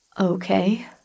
Okay